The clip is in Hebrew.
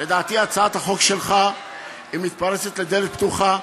לדעתי הצעת החוק שלך מתפרצת לדלת פתוחה.